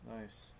nice